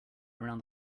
around